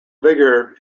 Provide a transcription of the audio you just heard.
vigour